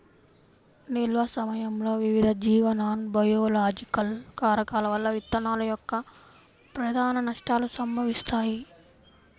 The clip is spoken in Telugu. నిల్వ సమయంలో వివిధ జీవ నాన్బయోలాజికల్ కారకాల వల్ల విత్తనాల యొక్క ప్రధాన నష్టాలు సంభవిస్తాయి